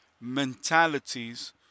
mentalities